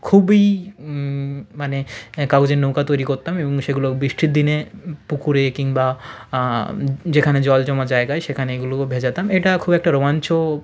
খুবই মানে কাগজের নৌকা তৈরি কোত্তাম এবং সেগুলো বৃষ্টির দিনে পুকুরে কিংবা যেখানে জল জমা জায়গায় সেখানে এইগুলোকো ভেজাতাম এটা খুব একটা রোমাঞ্চ